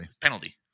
penalty